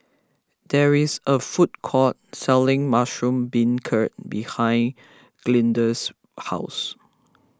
there is a food court selling Mushroom Beancurd behind Glenda's house